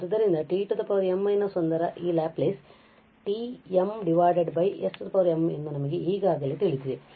ಆದ್ದರಿಂದ t m−1 ರ ಈ ಲ್ಯಾಪ್ಲೇಸ್Γ sm ಎಂದು ನಮಗೆ ಈಗಾಗಲೇ ತಿಳಿದಿದೆ